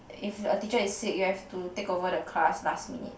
if a teacher is sick you have to take over the class last minute